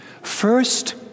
First